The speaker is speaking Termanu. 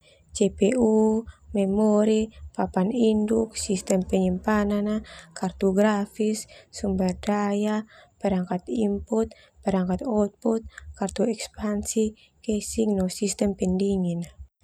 GPU, memori, papan induk, sistem penyimpanan, kartu grafis, sumber daya, perangkat input, perangkat output, kartu ekspansi, casing, no sistem pendingin.